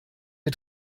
wir